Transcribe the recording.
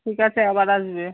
ঠিক আছে আবার আসবে